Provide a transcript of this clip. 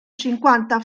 cinquanta